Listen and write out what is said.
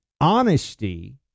honesty